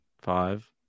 Five